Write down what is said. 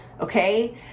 Okay